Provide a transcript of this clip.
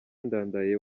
ndadaye